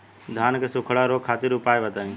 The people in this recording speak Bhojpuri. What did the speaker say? धान के सुखड़ा रोग खातिर उपाय बताई?